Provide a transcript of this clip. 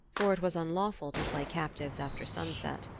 for it was unlawful to slay captives after sunset.